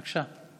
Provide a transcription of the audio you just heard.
בבקשה.